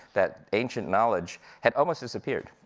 that ancient knowledge, had almost disappeared.